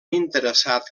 interessat